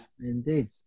Indeed